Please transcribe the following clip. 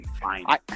Fine